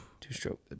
two-stroke